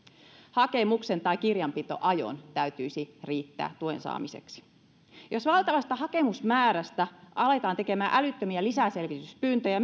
hakemuksen tai kirjanpitoajon täytyisi riittää tuen saamiseksi jos valtavasta hakemusmäärästä aletaan tekemään älyttömiä lisäselvityspyyntöjä